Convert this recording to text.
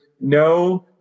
no